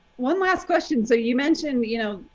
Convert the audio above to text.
one last question, so you mentioned, you know,